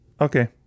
okay